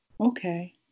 Okay